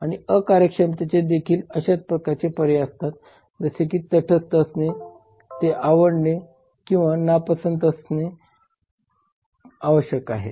आणि अकार्यक्षमतेचे देखील अशाच प्रकारचे पर्याय आहेत जसे की तटस्थ असणे ते आवडणे किंवा नापसंत असणे आवश्यक आहे